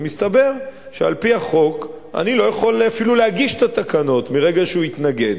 ומסתבר שעל-פי החוק אני לא יכול אפילו להגיש את התקנות מרגע שהוא התנגד.